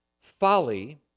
Folly